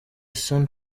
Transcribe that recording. san